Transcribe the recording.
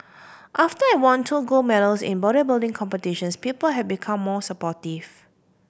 after I won two gold medals in bodybuilding competitions people have became more supportive